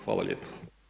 Hvala lijepo.